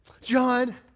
John